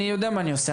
אני יודע מה אני עושה.